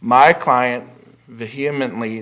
my client vehemently